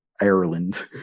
Ireland